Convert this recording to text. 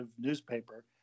newspaper